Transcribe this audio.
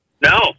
no